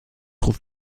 ruft